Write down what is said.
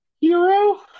hero